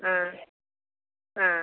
ആ ആ